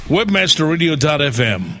webmasterradio.fm